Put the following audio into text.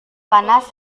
panas